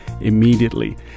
immediately